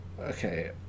Okay